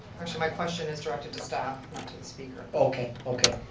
actually, my question is directed to staff, not to the speaker. okay, okay.